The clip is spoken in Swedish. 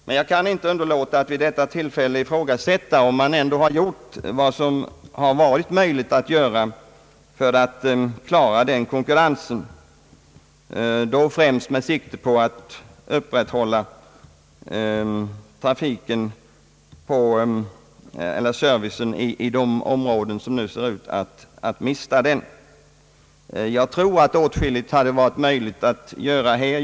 Men jag kan inte underlåta att vid detta tillfälle ifrågasätta, om man ändå har gjort vad som varit möjligt att göra för att klara denna konkurrens, då främst med sikte på att upprätthålla servicen i de områden som nu ser ut att mista den. Jag tror att det hade varit möjligt att göra åtskilligt här.